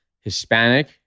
Hispanic